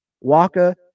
Waka